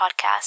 podcast